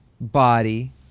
body